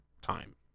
time